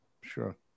Sure